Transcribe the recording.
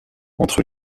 entre